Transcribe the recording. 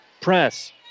press